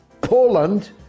Poland